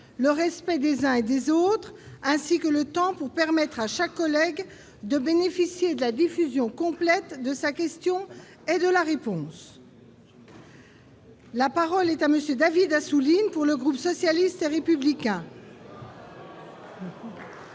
le respect des uns et des autres, ainsi que celui du temps de parole pour permettre à chaque collègue de bénéficier de la diffusion complète de sa question et de la réponse. La parole est à M. David Assouline, pour le groupe socialiste et républicain.